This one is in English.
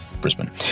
Brisbane